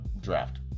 draft